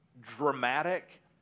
dramatic